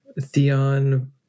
Theon